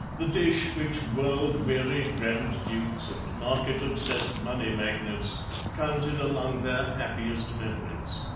the dish which world-weary grand dukes and market-obsessed money magnates counted among their happiest memories.